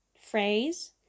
phrase